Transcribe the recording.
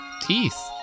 teeth